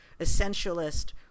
essentialist